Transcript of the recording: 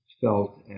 felt